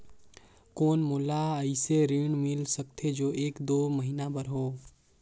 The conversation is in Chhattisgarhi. कौन मोला अइसे ऋण मिल सकथे जो एक दो महीना बर हो?